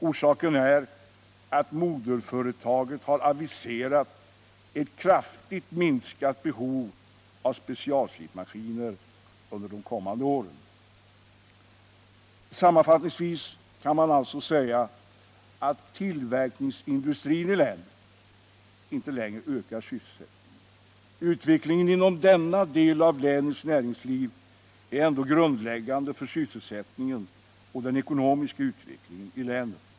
Orsaken är att moderföretaget har aviserat ett kraftigt minskat behov av specialslipmaskiner under de kommande åren. Sammanfattningsvis kan man alltså säga att tillverkningsindustrin i länet inte längre ökar sysselsättningen. Utvecklingen inom denna del av länets näringsliv är ändå grundläggande för sysselsättningen och den ekonomiska utvecklingen i länet.